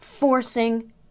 forcing